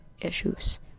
issues